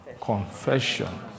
Confession